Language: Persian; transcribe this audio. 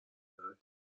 تره